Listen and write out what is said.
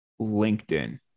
LinkedIn